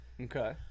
Okay